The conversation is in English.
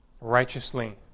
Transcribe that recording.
righteously